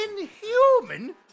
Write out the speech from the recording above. Inhuman